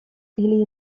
или